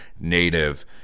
native